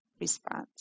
response